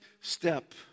step